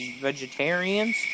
vegetarians